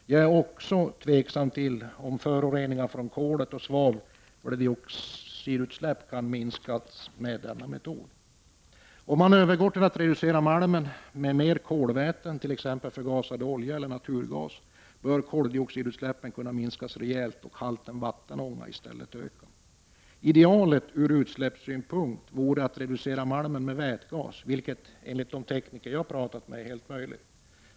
Jag är också tveksam till om föroreningar från koloch svaveldioxidutsläpp kan minskas med denna metod. Om man övergår till att reducera malmen med mer kolväten, t.ex. förgasad olja eller naturgas, bör koldioxidutsläppen kunna minskas rejält och halten vattenånga i stället öka. Idealet, från utsläppssynpunkt, vore att reducera malmen med hjälp av vätgas, vilket enligt de tekniker jag har talat med är helt möjligt.